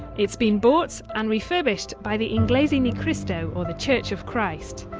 it's been bought and refurbished by the iglesia ni cristo or the church of christ.